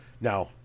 Now